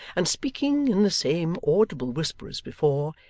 and speaking in the same audible whisper as before,